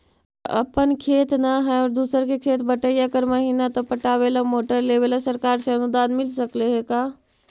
अगर अपन खेत न है और दुसर के खेत बटइया कर महिना त पटावे ल मोटर लेबे ल सरकार से अनुदान मिल सकले हे का?